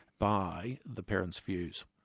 by the parents' views.